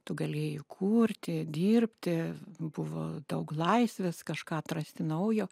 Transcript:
tu galėjai kurti dirbti buvo daug laisvės kažką atrasti naujo